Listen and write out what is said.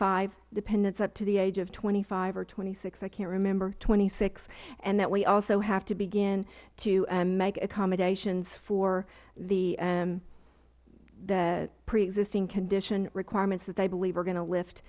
five dependents up to the age of twenty five or twenty six i cant remember twenty six and that we also have to begin to make accommodations for the pre existing condition requirements that they believe are going to